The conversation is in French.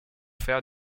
faire